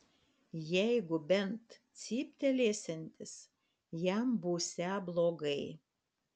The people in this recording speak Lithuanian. jeigu bent cyptelėsiantis jam būsią blogai